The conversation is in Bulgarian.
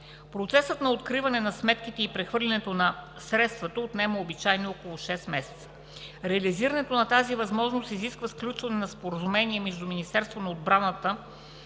Процесът на откриване на сметките и прехвърлянето на средства отнема обичайно около 6 месеца. Реализирането на тази възможност изисква сключване на споразумение между Министерството на отбраната,